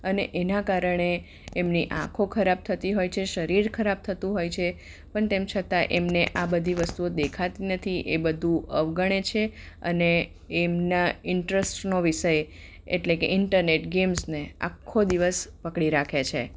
અને એના કારણે એમની આંખો ખરાબ થતી હોય છે શરીર ખરાબ થતું હોય છે પણ તેમ છતાં એમને આ બધી વસ્તુઓ દેખાતી નથી એ બધું અવગણે છે અને એમનાં ઈંટ્રેસ્ટનો વિષય એટલે કે ઈન્ટરનેટ ગેમ્સને આખો દિવસ પકડી રાખે છે